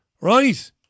Right